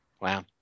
wow